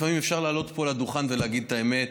לפעמים אפשר לעלות פה לדוכן ולהגיד את האמת,